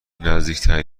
نزدیکترین